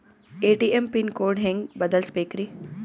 ATM PIN code ಹೆಂಗ್ ಬದಲ್ಸ್ಬೇಕ್ರಿ?